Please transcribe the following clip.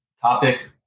topic